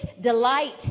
delight